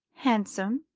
handsome,